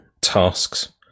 tasks